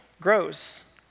grows